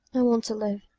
i want to live,